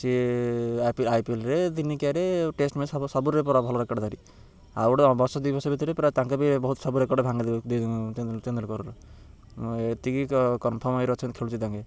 ସିଏ ଆଇପିଏଲରେ ଦିନିକିଆରେ ଟେଷ୍ଟ ମ୍ୟାଚରେ ସବୁ ସବୁରେ ପୁରା ଭଲ ରେକର୍ଡ଼ଧାରି ଆଉ ଗୋଟେ ବର୍ଷ ଦୁଇବର୍ଷ ଭିତରେ ପୁରା ତାଙ୍କ ବି ବହୁତ ସବୁ ରେକର୍ଡ଼ ଭାଙ୍ଗି ଦେବେ ତେନ୍ଦୁଲକର ଏତିକି କନଫର୍ମ ହେଇ ରହି ଅଛନ୍ତି ଖେଳୁଛି ତାଙ୍କେ